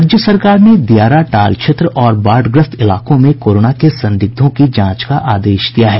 राज्य सरकार ने दियारा टाल क्षेत्र और बाढ़ग्रस्त इलाकों में कोरोना के संदिग्धों की जांच का आदेश दिया है